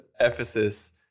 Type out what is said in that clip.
Ephesus